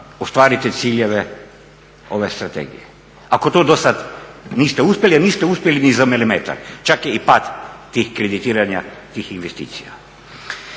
ostvarite ciljeve ove strategije ako to do sad niste uspjeli, a niste uspjeli ni za milimetar, čak je i pad tih kreditiranja, tih investicija.